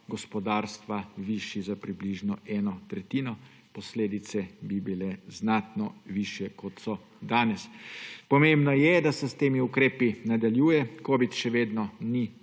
gospodarstva višji za približno eno tretjino, posledice bi bile znatno višje, kot so danes. Pomembno je, da se s temi ukrepi nadaljuje. Covid še vedno ni